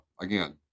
again